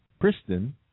Kristen